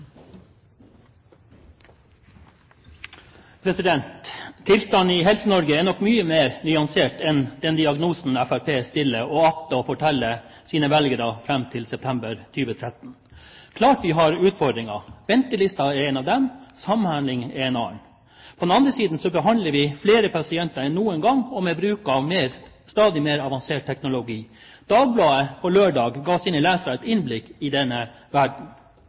nok mye mer nyansert enn den diagnosen Fremskrittspartiet stiller, og det de akter å fortelle sine velgere fram til september 2013. Klart vi har utfordringer – ventelister er en av dem, samhandling er en annen. På den andre siden behandler vi flere pasienter enn noen gang og med bruk av stadig mer avansert teknologi. Dagbladet ga på lørdag sine lesere et innblikk i denne